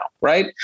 Right